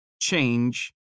change